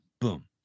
boom